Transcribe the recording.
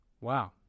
Wow